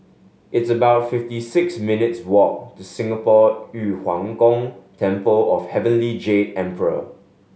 it's about fifty six minutes' walk to Singapore Yu Huang Gong Temple of Heavenly Jade Emperor